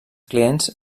clients